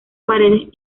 paredes